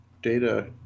data